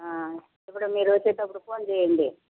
ఇప్పుడు మీరు వచ్చేటప్పుడు ఫోన్ చేయండి